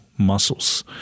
muscles